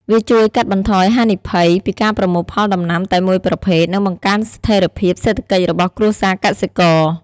វាជួយកាត់បន្ថយហានិភ័យពីការប្រមូលផលដំណាំតែមួយប្រភេទ និងបង្កើនស្ថិរភាពសេដ្ឋកិច្ចរបស់គ្រួសារកសិករ។